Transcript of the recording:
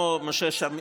תחזור